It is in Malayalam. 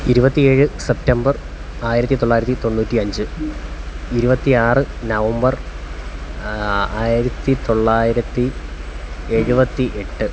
ഇരുപത്തിയേഴ് സെപ്റ്റംബർ ആയിരത്തി തൊള്ളായിരത്തി തൊണ്ണൂറ്റിയഞ്ച് ഇരുപത്തിയാറ് നവംബർ ആയിരത്തി തൊള്ളായിരത്തി എഴുപത്തി എട്ട്